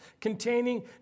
containing